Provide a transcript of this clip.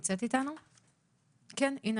כן, הנה